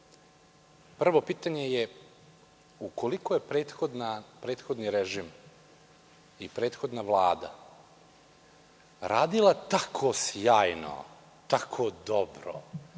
pitanje je – ukoliko je prethodni režim i prethodna Vlada radila tako sjajno, tako dobro,